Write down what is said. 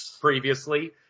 previously